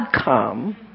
come